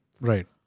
Right